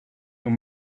nun